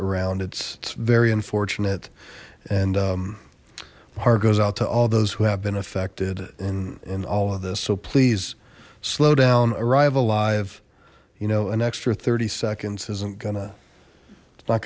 it's it's very unfortunate and heart goes out to all those who have been affected in in all of this so please slow down arrive alive you know an extra thirty seconds is i'm gonna it's not